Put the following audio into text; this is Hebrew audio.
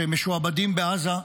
שמשועבדים בעזה.